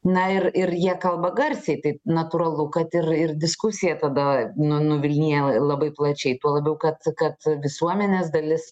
na ir ir jie kalba garsiai tai natūralu kad ir ir diskusija tada nu nuvilnija labai plačiai tuo labiau kad kad visuomenės dalis